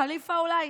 ח'ליפה, אולי?